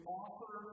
offer